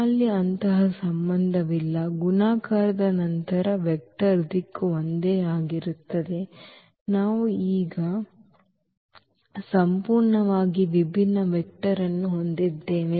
ನಮ್ಮಲ್ಲಿ ಅಂತಹ ಸಂಬಂಧವಿಲ್ಲ ಗುಣಾಕಾರದ ನಂತರ ವೆಕ್ಟರ್ ದಿಕ್ಕು ಒಂದೇ ಆಗಿರುತ್ತದೆ ನಾವು ಈಗ ಸಂಪೂರ್ಣವಾಗಿ ವಿಭಿನ್ನ ವೆಕ್ಟರ್ ಅನ್ನು ಹೊಂದಿದ್ದೇವೆ